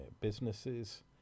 Businesses